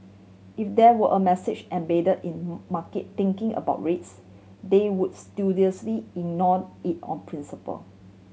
if there were a message embedded in market thinking about rates they would studiously ignore it on principle